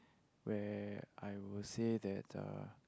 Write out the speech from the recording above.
where I was say that uh